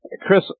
Chris